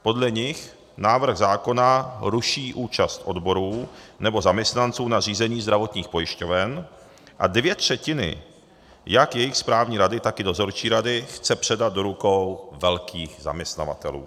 Podle nich návrh zákona ruší účast odborů nebo zaměstnanců na řízení zdravotních pojišťoven a dvě třetiny jak jejich správní rady, tak i dozorčí rady chce předat do rukou velkých zaměstnavatelů.